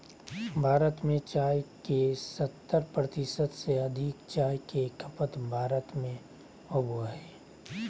भारत में चाय के सत्तर प्रतिशत से अधिक चाय के खपत भारत में होबो हइ